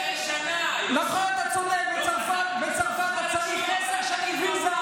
יוסי, להפך, אין מדינה בעולם שנותנת אחרי שנה,